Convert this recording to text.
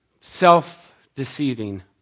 self-deceiving